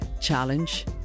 challenge